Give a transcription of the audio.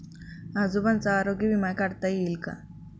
आजोबांचा आरोग्य विमा काढता येईल का?